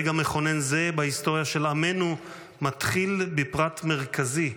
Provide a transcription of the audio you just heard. רגע מכונן זה בהיסטוריה של עמנו מתחיל בפרט מרכזי,